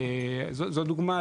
זו דוגמא